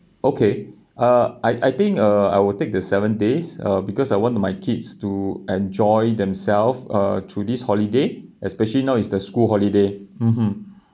okay uh I I think uh I will take the seven days uh because I want my kids to enjoy themselves uh through this holiday especially now is the school holiday mmhmm